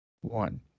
One